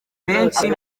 menshi